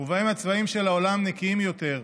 ובהם הצבעים של העולם נקיים יותר,